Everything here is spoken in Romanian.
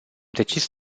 decis